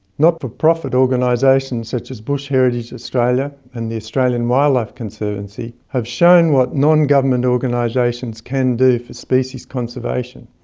not-for-profit organisations such as bush heritage australia and the australian wildlife conservancy have shown what non-government organisations can do for species conservation,